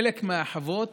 חלק מהחוות